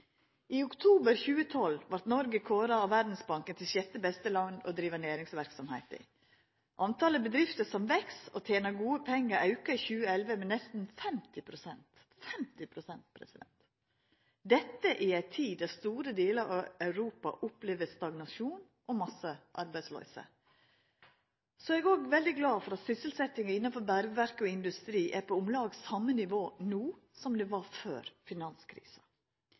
I oktober 2012 vart Noreg kåra av Verdsbanken til det sjette beste landet å driva næringsverksemd i. Talet på bedrifter som veks og tener gode pengar, auka i 2011 med nesten 50 pst. – 50 prosent! Og dette skjer i ei tid der store delar av Europa opplever stagnasjon og massearbeidsløyse. Eg er òg veldig glad for at sysselsettinga innanfor bergverk og industri er på om lag same nivå no som det var før finanskrisa.